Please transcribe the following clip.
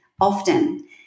often